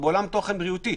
אנחנו בעולם תוכן בריאותי.